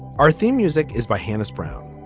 our theme music is by hamis brown.